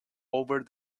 over